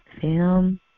film